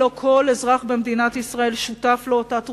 לא כל אזרח במדינת ישראל שותף לאותה תרומה,